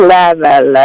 level